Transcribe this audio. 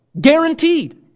Guaranteed